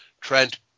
Trent